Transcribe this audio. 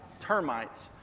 termites